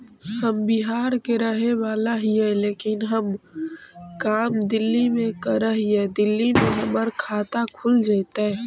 हम बिहार के रहेवाला हिय लेकिन हम काम दिल्ली में कर हिय, दिल्ली में हमर खाता खुल जैतै?